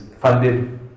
funded